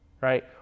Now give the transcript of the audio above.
right